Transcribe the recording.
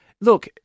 Look